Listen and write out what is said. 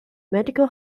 medical